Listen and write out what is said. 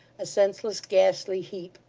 a senseless, ghastly heap.